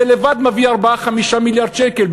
זה לבד מביא 5-4 מיליארד שקל,